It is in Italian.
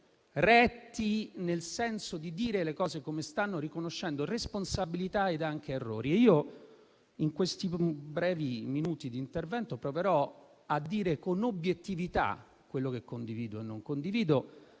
retti, nel senso di dire le cose come stanno, riconoscendo responsabilità ed anche errori. In questi brevi minuti di intervento, proverò a dire con obiettività quello che condivido e quello non condivido.